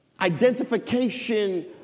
identification